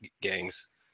gangs